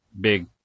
big